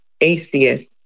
ACS